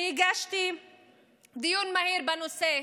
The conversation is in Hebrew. אני הגשתי דיון מהיר בנושא,